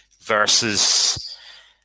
versus